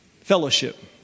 Fellowship